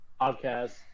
podcast